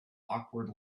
awkward